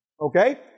Okay